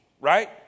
right